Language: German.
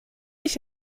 ich